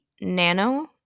Nano